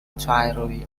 entirely